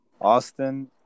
austin